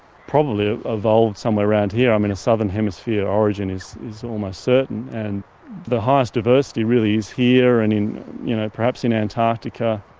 probably evolved somewhere around here. i mean, a southern hemisphere origin is is almost certain and the highest diversity really is here and you know perhaps in antarctica,